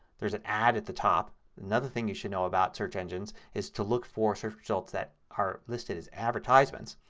there's an ad at the top. another thing you should know about search engines is to look for search results that are listed as advertisements.